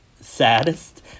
saddest